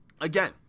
Again